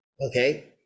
Okay